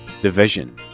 division